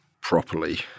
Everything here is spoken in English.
properly